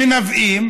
מנבאים